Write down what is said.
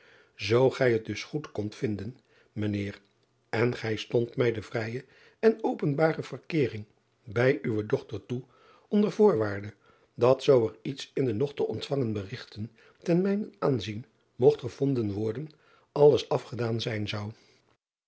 oo gij het dus goed kondt vinden mijn eer en gij stondt mij de vrije en openbare verkeering bij uwe dochter toe onder voorwaarde dat zoo er iets in de nog te ontvangen berigten ten mijnen aanzien mogt gevonden worden alles afgedaan zijn zou